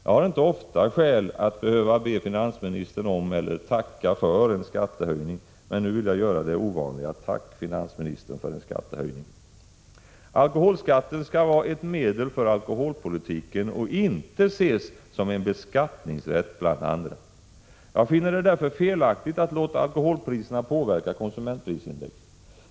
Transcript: Jag har inte ofta skäl att be finansministern om, eller tacka för, en skattehöjning, men nu vill jag göra det ovanliga: Tack, finansministern, för denna skattehöjning! Alkoholskatten skall vara ett medel för alkoholpolitiken och inte ses som en beskattningsrätt bland andra. Jag finner det därför felaktigt att låta alkoholpriserna påverka konsumentprisindex.